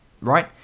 right